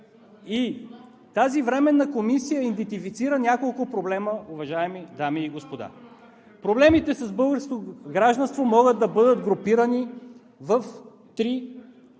Тази временна комисия идентифицира няколко проблема, уважаеми дами и господа. Проблемите с българското гражданство могат да бъдат групирани в три групи.